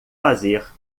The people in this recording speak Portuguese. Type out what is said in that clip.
fazer